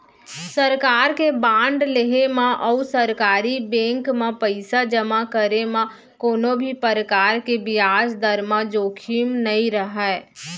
सरकार के बांड लेहे म अउ सरकारी बेंक म पइसा जमा करे म कोनों भी परकार के बियाज दर म जोखिम नइ रहय